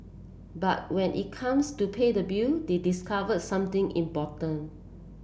but when it comes to pay the bill they discovered something important